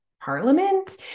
Parliament